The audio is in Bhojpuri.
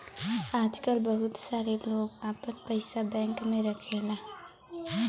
आजकल बहुत सारे लोग आपन पइसा बैंक में रखला